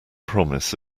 promise